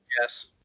Yes